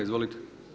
Izvolite.